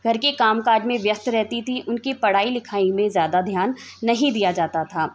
घर के काम काज में वयस्थ रहती थी उनकी पढ़ाई लिखाई पर ज़्यादा ध्यान नहीं दिया जाता था